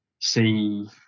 see